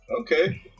okay